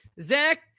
Zach